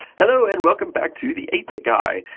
hello, and welcome back to the eight bit guy.